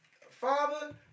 father